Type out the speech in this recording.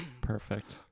Perfect